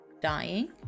dying